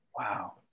Wow